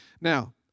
Now